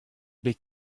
bet